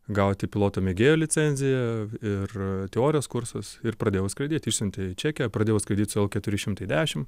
gauti piloto mėgėjo licenciją ir teorijos kursus ir pradėjau skraidyt išsiuntė į čekiją pradėjau skaityt keturi šimtai dešim